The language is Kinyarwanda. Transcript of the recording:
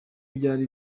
byari